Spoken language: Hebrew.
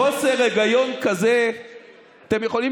אתם רוצים